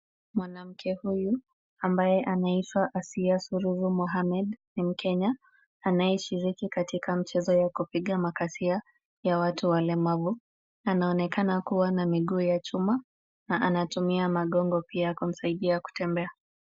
Mwanamke huyu ambaye anaitwa Asia Suluhu Mohammed, ni mkenya anayeshiriki katika mchezo wa kupiga makasia ya watu walemavu, anaonekana kuwa na miguu ya chuma na anatumia magongo pia kumsaidia kutembea.